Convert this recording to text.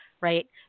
right